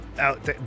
Out